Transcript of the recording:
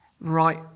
right